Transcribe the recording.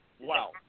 Wow